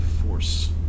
force